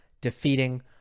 defeating